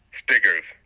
stickers